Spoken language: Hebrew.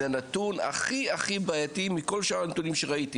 זה נתון הכי בעייתי מכל שאר הנתונים שראיתי,